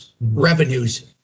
revenues